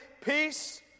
Peace